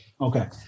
Okay